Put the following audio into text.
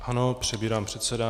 Ano, přebírám předsedání.